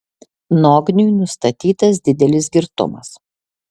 nogniui nustatytas didelis girtumas